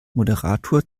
moderator